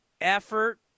effort